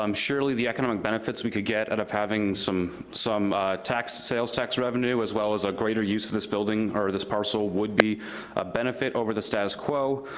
um surely the economic benefits we could get out of having some some sales tax revenue, as well as a greater use of this building or this parcel would be a benefit over the status quo.